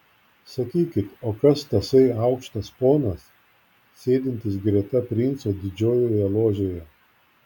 sakykit o kas tasai aukštas ponas sėdintis greta princo didžiojoje ložėje